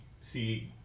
see